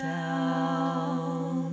down